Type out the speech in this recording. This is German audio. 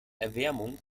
erwärmung